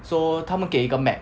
so 他们给一个 map